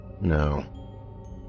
No